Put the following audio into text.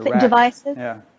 devices